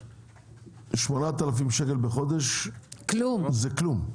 8,000 שקל בחודש זה כלום.